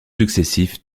successifs